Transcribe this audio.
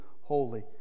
holy